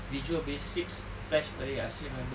visual basics I still remember this